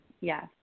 yes